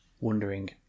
wondering